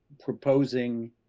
proposing